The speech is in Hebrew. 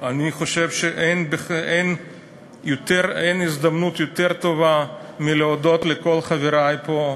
אני חושב שאין הזדמנות יותר טובה מלהודות לכל חברי פה,